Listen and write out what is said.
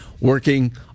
working